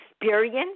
experience